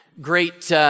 great